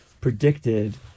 predicted